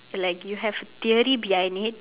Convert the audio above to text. like you have theory behind it